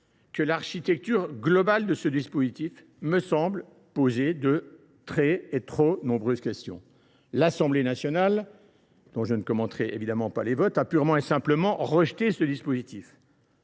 que l’architecture globale de ce dispositif me semblent poser de très – trop – nombreuses questions. L’Assemblée nationale, dont je ne commenterai évidemment pas les votes, a purement et simplement rejeté ce dispositif.